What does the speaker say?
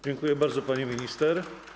Dziękuję bardzo, pani minister.